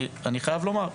אני חייב לומר,